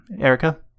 erica